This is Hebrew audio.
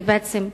בעצם,